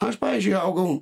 aš pavyzdžiui augau